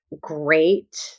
great